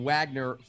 Wagner